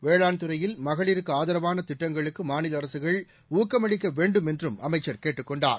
வேளாண் துறையில் மகளிருக்கு ஆதரவான திட்டங்களுக்கு மாநில அரசுகள் ஊக்கமளிக்க வேண்டும் என்றும் அமைச்சர் கேட்டுக் கொண்டார்